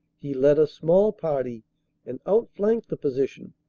he led a small party and outflanked the position,